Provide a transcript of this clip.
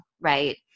right